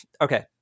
Okay